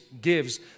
gives